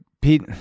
Pete